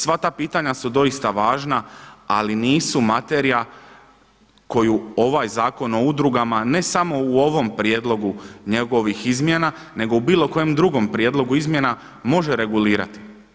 Sva ta pitanja su doista važna, ali nisu materija koju ovaj Zakon o udrugama ne samo u ovom prijedlogu njegovih izmjena, nego u bilo kojem drugom prijedlogu izmjena može regulirati.